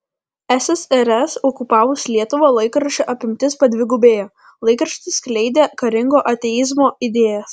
ssrs okupavus lietuvą laikraščio apimtis padvigubėjo laikraštis skleidė karingo ateizmo idėjas